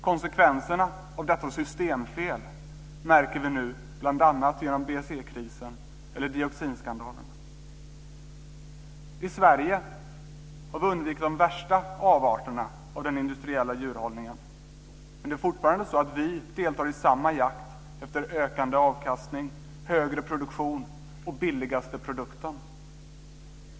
Konsekvenserna av detta systemfel märker vi nu bl.a. genom BSE I Sverige har vi undvikit de värsta avarterna av den industriella djurhållningen, men det är fortfarande så att vi deltar i samma jakt efter ökande avkastning, högre produktion och billigaste produkter.